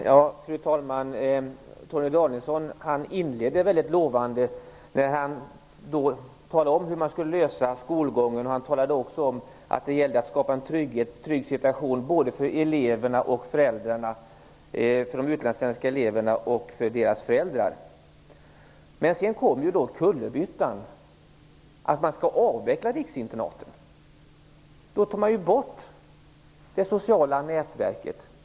Fru talman! Torgny Danielsson inledde väldigt lovande och talade om hur det här med skolgången skall lösas. Han sade också att det gäller att skapa en trygg situation både för de utlandssvenska eleverna och för deras föräldrar. Sedan kom kullerbyttan, nämligen att riksinternaten skall avvecklas. Men då tar man bort det sociala nätverket.